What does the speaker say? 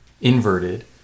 inverted